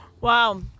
Wow